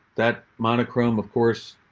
that monochrome of course,